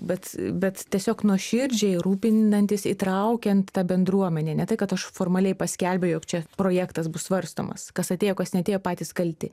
bet bet tiesiog nuoširdžiai rūpinantis įtraukiant tą bendruomenę ne tai kad aš formaliai paskelbiau jog čia projektas bus svarstomas kas atėjo kas neatėjo patys kalti